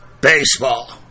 baseball